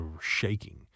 shaking